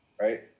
right